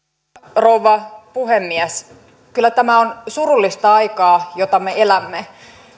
rouva puhemies kyllä tämä on surullista aikaa jota me elämme